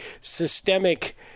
systemic